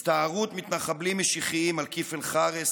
הסתערות מתנחבלים משיחיים על כיפל חארס